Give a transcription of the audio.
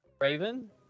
Raven